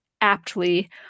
aptly